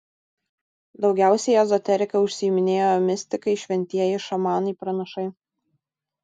daugiausiai ezoterika užsiiminėjo mistikai šventieji šamanai pranašai